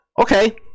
Okay